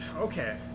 okay